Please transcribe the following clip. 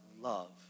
love